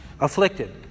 afflicted